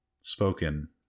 spoken